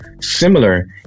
similar